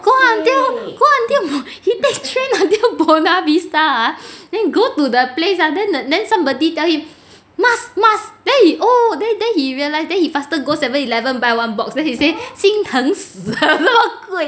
go until go until he take train until buona vista ah then go to the place ah then somebody tell him mask mask then he oh then then he realise then he faster go seven eleven buy one box then he say 心疼死了那么贵